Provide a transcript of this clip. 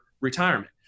retirement